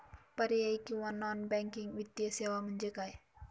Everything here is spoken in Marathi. पर्यायी किंवा नॉन बँकिंग वित्तीय सेवा म्हणजे काय?